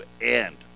end